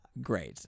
Great